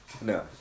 No